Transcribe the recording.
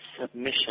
submission